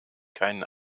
keinen